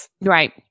Right